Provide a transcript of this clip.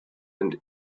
and